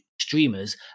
streamers